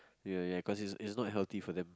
ya ya cause it's it's not healthy for them